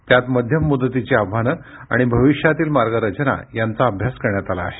त्यात मध्यम मुदतीची आव्हाने आणि भविष्यातील मार्गरचना यांचा अभ्यास करण्यात आला आहे